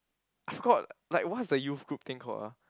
I forgot like what's the youth group thing called ah